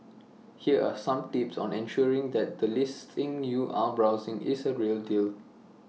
here are some tips on ensuring that the listing you are browsing is the real deal